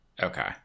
Okay